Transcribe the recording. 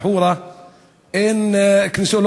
לחורה אין כניסות.